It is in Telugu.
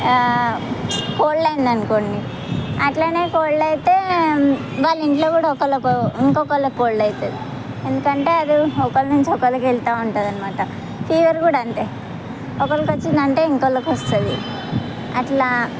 కోల్డ్ అయిందనుకోండి అట్లనే కోల్డ్ అయితే వాళ్ళ ఇంట్ల కూడా ఒకళ్ళకి ఇంకొకళ్ళకి కోల్డ్ అవుతుంది ఎందుకంటే అది ఒకళ్ళ నుంచి ఒకళ్ళకి వెళ్తూ ఉంటుందనమాట ఫీవర్ కూడా అంతే ఒకలకి వచ్చిందంటే ఇంకొకళ్ళకి వస్తుంది అట్లా